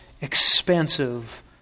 expansive